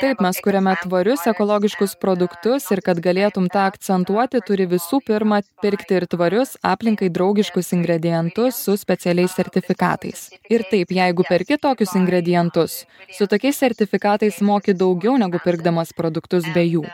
taip mes kuriame švarius ekologiškus produktus ir kad galėtum tą akcentuoti turi visų pirma pirkti ir tvarius aplinkai draugiškus ingredientus su specialiais sertifikatais ir taip jeigu perki tokius ingredientus su tokiais sertifikatais moki daugiau negu pirkdamas produktus be jų